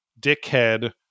dickhead